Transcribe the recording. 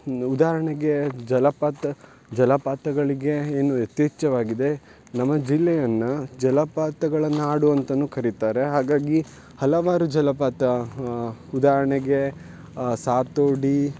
ಉದಾಹರಣೆಗೆ ಜಲಪಾತ ಜಲಪಾತಗಳಿಗೆ ಏನು ಯಥೇಚ್ಛವಾಗಿದೆ ನಮ್ಮ ಜಿಲ್ಲೆಯನ್ನು ಜಲಪಾತಗಳ ನಾಡು ಅಂತನು ಕರೀತಾರೆ ಹಾಗಾಗಿ ಹಲವಾರು ಜಲಪಾತ ಉದಾಹರಣೆಗೆ ಸಾತೋಡಿ